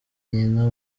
nyina